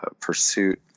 pursuit